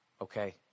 Okay